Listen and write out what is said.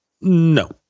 No